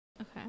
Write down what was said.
Okay